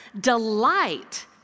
delight